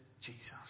Jesus